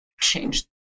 change